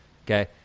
Okay